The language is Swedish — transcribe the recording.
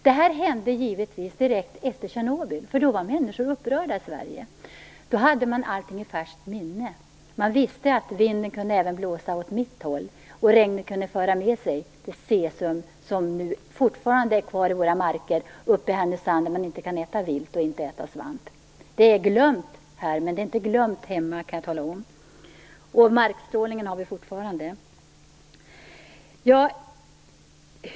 Det här hände givetvis direkt efter Tjernobyl, då människor i Sverige var upprörda och hade allting i färskt minne. De visste att vinden även kunde blåsa åt deras håll och att regnet kunde föra med sig cesium. Vi har fortfarande kvar cesium i markerna uppe i Härnösand, och där kan man inte äta vilt eller svamp. Det är glömt här, men det är inte glömt där hemma, kan jag tala om. Markstrålningen har vi fortfarande.